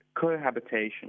cohabitation